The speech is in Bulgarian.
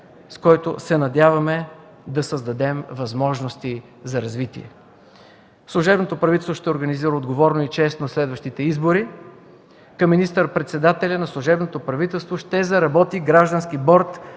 с който се надяваме да създадем възможности за развитие. Служебното правителство ще организира отговорно и честно следващите избори. Към министър-председателя на служебното правителство ще заработи граждански борд